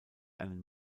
einen